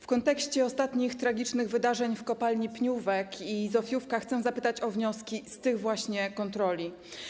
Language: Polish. W kontekście ostatnich tragicznych wydarzeń w kopalniach Pniówek i Zofiówka chcę zapytać o wnioski z tych właśnie kontroli.